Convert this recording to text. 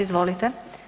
Izvolite.